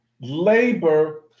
labor